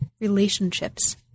relationships